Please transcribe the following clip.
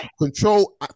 control